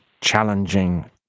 challenging